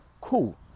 Cool